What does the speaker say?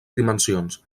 dimensions